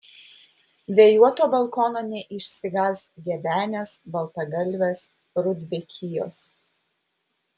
vėjuoto balkono neišsigąs gebenės baltagalvės rudbekijos